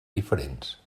diferents